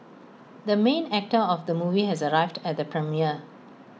the main actor of the movie has arrived at the premiere